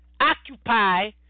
Occupy